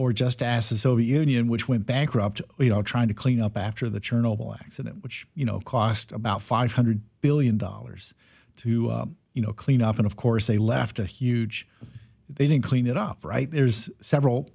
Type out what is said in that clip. or just ask the soviet union which went bankrupt trying to clean up after the churn oval accident which you know cost about five hundred billion dollars to you know clean up and of course they left a huge they didn't clean it up right there is several